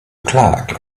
clark